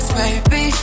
baby